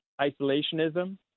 isolationism